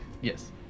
Yes